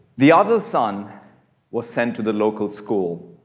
the other son was sent to the local school,